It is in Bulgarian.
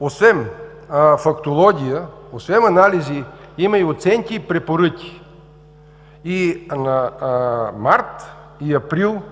освен фактология, освен анализи има оценки и препоръки. И месеците март и април